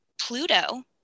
Pluto